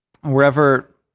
Wherever